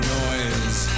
noise